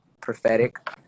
prophetic